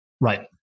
Right